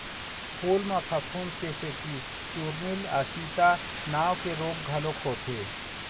फूल म फफूंद के सेती चूर्निल आसिता नांव के रोग घलोक होथे